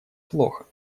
плохо